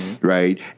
right